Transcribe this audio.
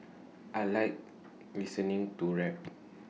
I Like listening to rap